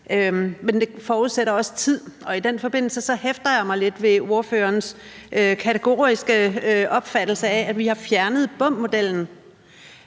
Men det forudsætter også tid, og i den forbindelse hæfter jeg mig lidt ved ordførerens kategoriske opfattelse af, at vi har fjernet BUM-modellen.